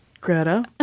Greta